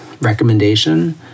recommendation